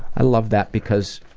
i love that because